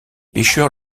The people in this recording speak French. pêcheurs